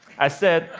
i said,